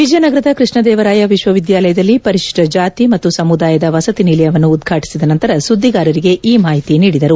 ವಿಜಯನಗರದ ಕೃಷ್ಣದೇವರಾಯ ವಿಶ್ವವಿದ್ಯಾಲಯದಲ್ಲಿ ಪರಿಶಿಷ್ಟ ಜಾತಿ ಮತ್ತು ಸಮುದಾಯದ ವಸತಿ ನಿಲಯವನ್ನು ಉದ್ವಾಟಿಸಿದ ನಂತರ ಸುದ್ದಿಗಾರರಿಗೆ ಈ ಮಾಹಿತಿ ನೀಡಿದರು